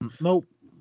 Nope